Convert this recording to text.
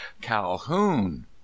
calhoun